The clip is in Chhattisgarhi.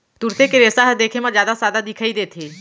तुरते के रेसा ह देखे म जादा सादा दिखई देथे